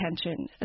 attention